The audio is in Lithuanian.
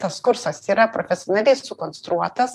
tas kursas yra profesionaliai sukonstruotas